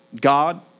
God